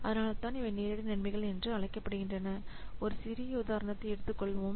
அதனால்தான் இவை நேரடி நன்மைகள் என்று அழைக்கப்படுகின்றன ஒரு சிறிய உதாரணத்தை எடுத்துக்கொள்வோம்